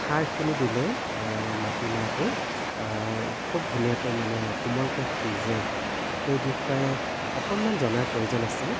খাৰখিনি দিলে মাটিমাহটো খুব ধুনীয়াকৈ মানে কোমলকৈ সিজে সেই বিষয়ে অকণমান জনাৰ প্ৰয়োজন আছিল